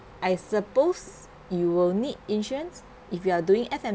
I suppose you will need insurance if you are doing F_N_B